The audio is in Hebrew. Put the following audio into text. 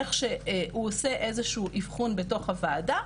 איך שהוא עושה איזשהו אבחון בתוך הוועדה,